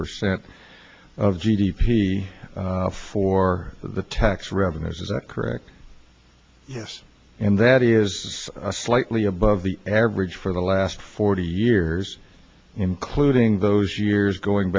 percent of g d p for the tax revenues is that correct yes and that is slightly above the average for the last forty years including those years going